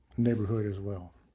neighborhood as well.